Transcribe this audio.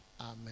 Amen